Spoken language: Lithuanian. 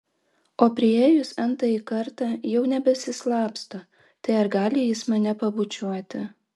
o priėjus n tąjį kartą jau nebesislapsto tai ar gali jis mane pabučiuoti